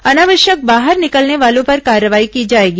अनावश्यक बाहर निकलने वालों पर कार्रवाई की जाएगी